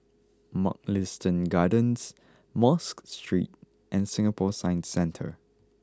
Mugliston Gardens Mosque Street and Singapore Science Centre